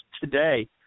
today